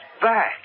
back